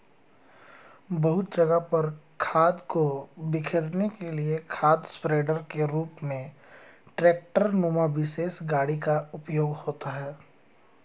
बहुत जगह पर खाद को बिखेरने के लिए खाद स्प्रेडर के रूप में ट्रेक्टर नुमा विशेष गाड़ी का उपयोग होता है